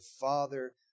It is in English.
Father